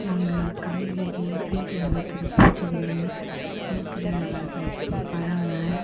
நாங்கள் காய்கறி வீட்டில் வைக்கின்ற பூச்செடிங்க வீட்டில் வளக்கிற ப பழங்கள்